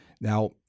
Now